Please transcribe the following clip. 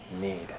need